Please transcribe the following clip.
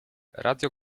radio